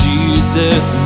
Jesus